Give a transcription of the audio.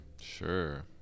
sure